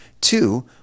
Two